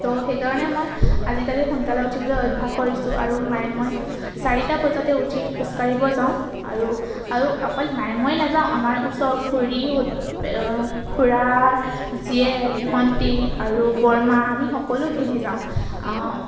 তো সেইকাৰণে মই আজিকালি সোনকালে উঠিবলৈ অভ্যাস কৰিছোঁ আৰু মায়ে মই চাৰিটা বজাতে উঠি খোজ কাঢ়িব যাওঁ আৰু আৰু অকল মাই মই নাযাওঁ আমাৰ ওচৰ খুৰী খুড়াৰ জীয়েক ভণ্টি আৰু বৰমা আমি সকলো মিলি যাওঁ